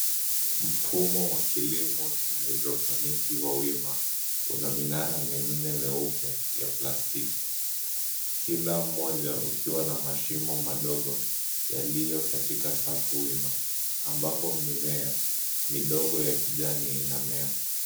Mfumo wa kilimo cha haidroponiki wa wima una minara minne mieupe ya plastiki. Kila moja ukiwa na mashimo madogo yaliyo katika safu wima ambapo mimea midogo ya kijani inamea.